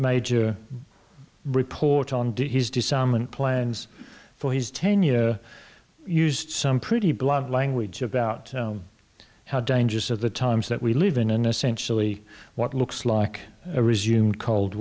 major report on to his disarmament plans for his tenure used some pretty blunt language about how dangerous of the times that we live in an essentially what looks like a resume cold